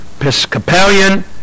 Episcopalian